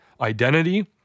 identity